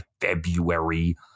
February